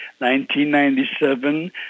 1997